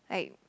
like